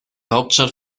hauptstadt